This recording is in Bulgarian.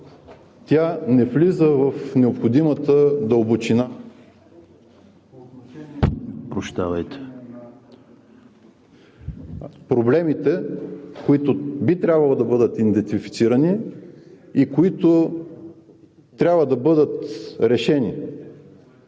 тя не влиза в необходимата дълбочина по отношение на проблемите, които би трябвало да бъдат идентифицирани и които трябва да бъдат решени